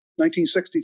1963